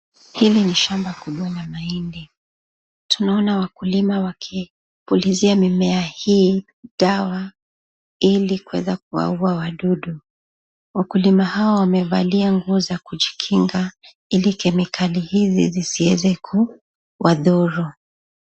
Hili ni shamba kubwa la mahindi, tunaona wakulima wakipulizia mimea hii dawa ili kuweza kuwaua wadudu. Wakulima hao wamevalia nguo za kujikinga ili kemikali hizi zisiweze kuwadhuru.